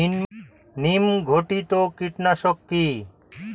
নিম ঘটিত কীটনাশক কি?